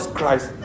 Christ